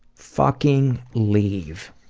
fucking leave.